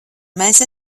mēs